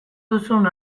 duzun